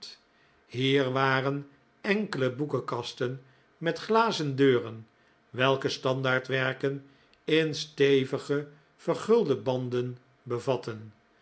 hier waren enkele boekenkasten met glazen deuren welke standaardwerken in stevige vergulde banden bevatten